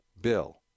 bill